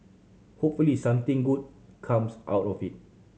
hopefully something good comes out of it